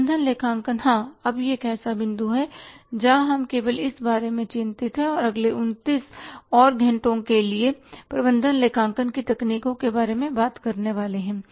प्रबंधन लेखांकन हाँ अब यह एक ऐसा बिंदु है जहाँ हम केवल इस बारे में चिंतित हैं और अगले 29 और घंटों के लिए प्रबंधन लेखांकन की तकनीकों के बारे में बात करने वाले हैं